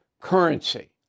currency